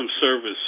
Service